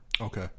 Okay